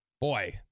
boy